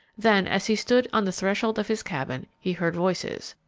then, as he stood on the threshold of his cabin, he heard voices.